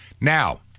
Now